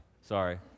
Sorry